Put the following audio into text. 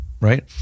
right